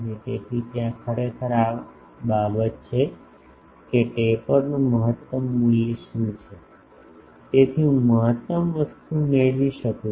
તેથી ત્યાં ખરેખર આ બાબત છે કે ટેપરનું મહત્તમ મૂલ્ય શું છે જેથી હું મહત્તમ વસ્તુ મેળવી શકું